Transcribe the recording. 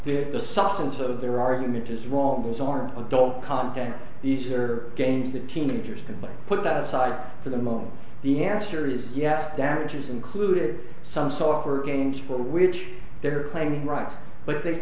but the substance of their argument is wrong those are adult content these are games that teenagers can buy put that aside for the moment the answer is yes damages included some software games for which they're claiming rights but they